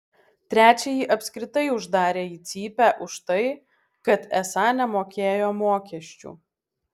trečiąjį apskritai uždarė į cypę už tai kad esą nemokėjo mokesčių